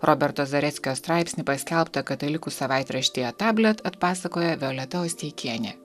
roberto zareckio straipsnį paskelbtą katalikų savaitraštyje tablet pasakoja violeta osteikienė